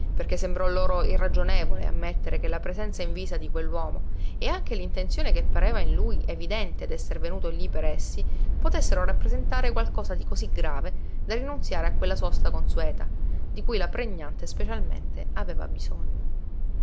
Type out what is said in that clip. perché sembrò loro irragionevole ammettere che la presenza invisa di quell'uomo e anche l'intenzione che pareva in lui evidente d'esser venuto lí per essi potessero rappresentare qualcosa di cosí grave da rinunziare a quella sosta consueta di cui la pregnante specialmente aveva bisogno